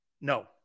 No